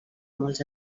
molts